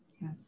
Yes